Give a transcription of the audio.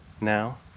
now